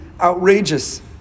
outrageous